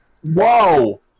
Whoa